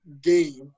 game